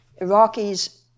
Iraqis